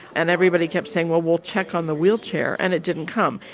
and everybody kept saying well, we'll check on the wheelchair, and it didn't come.